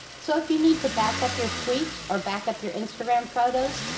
so if you need to backup your tweets or backup your instagram photos,